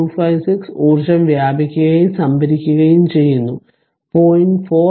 256 ഊർജ്ജം വ്യാപിക്കുകയും സംഭരിക്കുകയും ചെയ്യുന്നു 0